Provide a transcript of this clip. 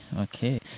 Okay